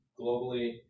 globally